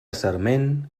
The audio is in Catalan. sarment